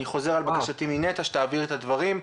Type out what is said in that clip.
אני חוזר על בקשתי מנת"ע שתעביר את הדברים.